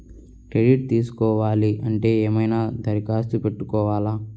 Credit తీసుకోవాలి అంటే ఏమైనా దరఖాస్తు పెట్టుకోవాలా?